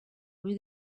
rue